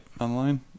Online